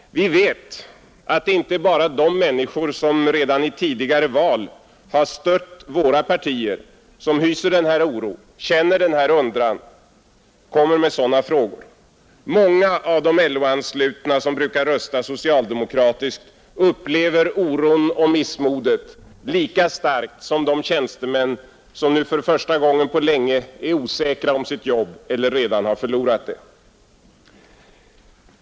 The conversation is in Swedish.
Vi vet att det inte bara är de människor som redan i tidigare val har stött våra partier som hyser den här oron, känner den här undran och ställer sådana frågor. Många av de LO-anslutna, som brukar rösta socialdemokratiskt, upplever oron och missmodet lika starkt som de tjänstemän som nu för första gången på länge är osäkra om sitt jobb eller redan har förlorat det.